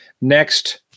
next